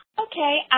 Okay